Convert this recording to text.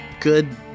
good